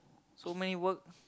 so many work